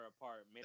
apart